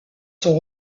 sont